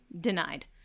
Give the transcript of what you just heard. Denied